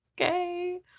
Okay